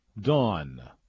Dawn